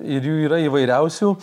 ir jų yra įvairiausių